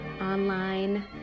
online